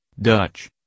Dutch